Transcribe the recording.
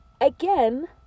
Again